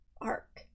arc